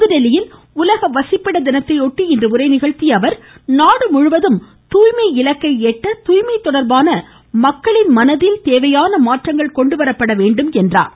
புதுதில்லியில் உலக வசிப்பிட தினத்தையொட்டி இன்று உரையாற்றிய அவர் நாடுமுழுவதும் துாய்மை இலக்கை எட்ட துாய்மை தொடர்பான மக்களின் மனதில் தேவையான மாற்றங்கள் கொண்டுவரப்பட வேண்டும் என்றார்